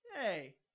hey